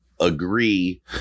agree